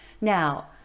now